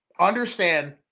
Understand